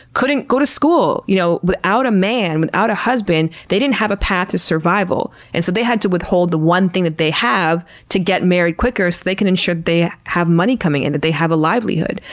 couldn't go to school! you know, without a man, without a husband, they didn't have a path to survival. and so, they had to withhold the one thing that they have to get married quicker so they can ensure that they have money coming in, that they have a livelihood.